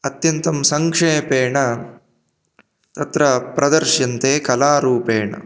अत्यन्तं सङ्क्षेपेण तत्र प्रदर्श्यन्ते कलारूपेण